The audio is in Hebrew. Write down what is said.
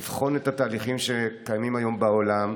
לבחון את התהליכים שקיימים היום בעולם,